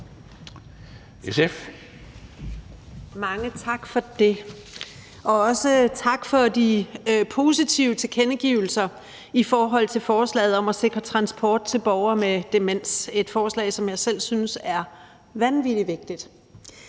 (SF): Mange tak for det, og også tak for de positive tilkendegivelser i forhold til forslaget om at sikre transport til borgere med demens – et forslag, som jeg selv synes er vanvittig vigtigt.